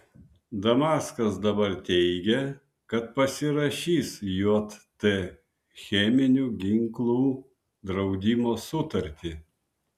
damaskas dabar teigia kad pasirašys jt cheminių ginklų draudimo sutartį